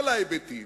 כל ההיבטים,